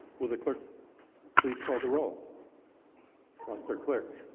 well the clerk please call the roll foster clerk